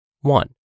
one